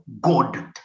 god